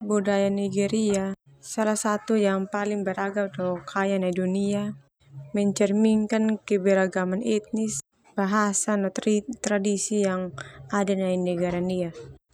Budaya Nigeria salah yang paling beragam no kaya nai dunia, mencerminkan keberagaman etnis, bahasa, no tra-tradisi yang ada nai negara ndia.